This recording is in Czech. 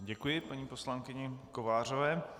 Děkuji paní poslankyni Kovářové.